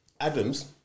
Adams